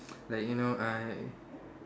like you know I